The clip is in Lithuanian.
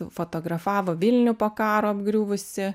fotografavo vilnių po karo apgriuvusį